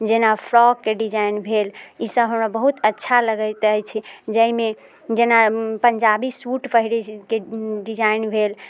जेना फ्रॉकके डिजाइन भेल ई सभ हमरा बहुत अच्छा लगैत अछि जाहिमे जेना पञ्जाबी सूट पहिरैत छै के डिजाइन भेल